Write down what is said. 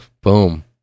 Boom